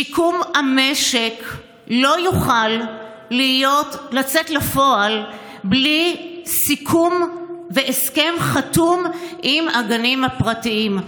שיקום המשק לא יוכל לצאת לפועל בלי סיכום והסכם חתום עם הגנים הפרטיים.